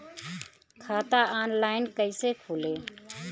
खाता ऑनलाइन कइसे खुली?